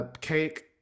cake